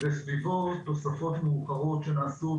וסביבו תוספות והשלמות מאוחרות שנעשו,